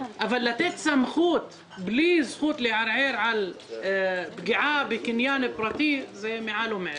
אבל לתת סמכות בלי זכות לערער על פגיעה בקניין פרטי זה מעל ומעבר.